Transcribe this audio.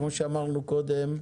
כפי שאמרנו קודם,